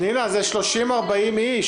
פנינה, זה 40-30 איש.